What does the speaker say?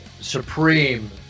supreme